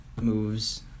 moves